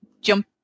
jump